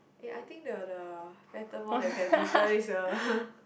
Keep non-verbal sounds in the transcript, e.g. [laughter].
eh I think the the pattern more than badminton is a [noise]